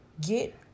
Get